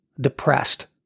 depressed